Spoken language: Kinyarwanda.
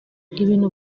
ibintu